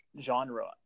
genre